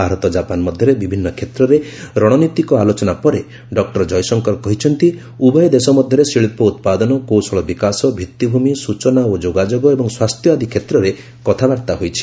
Bharat Japan ମଧ୍ୟରେ ବିଭିନ୍ନ କ୍ଷେତ୍ରରେ ରଣନୀତିକ ଆଲୋଚନା ପରେ ଡକ୍କର ଜୟଶଙ୍କର କହିଛନ୍ତି ଯେ ଉଭୟ ଦେଶ ମଧ୍ୟରେ ଶିଳ୍ପଉତ୍ପାଦନ କୌଶଳବିକାଶ ଭିତ୍ତିଭୂମି ସ୍କଚନା ଓ ଯୋଗାଯୋଗ ଏବଂ ସ୍ୱାସ୍ଥ୍ୟ ଆଦି କ୍ଷେତ୍ରରେ କଥାବାର୍ତ୍ତା ହୋଇଛି